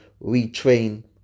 retrain